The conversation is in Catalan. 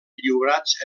lliurats